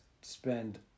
spend